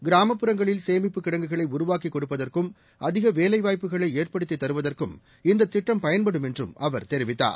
கிராமப்புறங்களில் உருவாக்கிக் கொடுப்பதற்கும் அதிக வேலை வாய்ப்புகளை ஏற்படுத்தி தருவதற்கும் இந்த திட்டம் பயன்படும் என்றும் அவர் தெரிவித்தார்